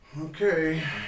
Okay